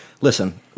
listen